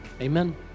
Amen